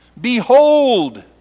Behold